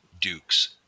dukes